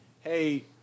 hey